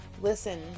Listen